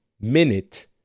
minute